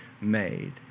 made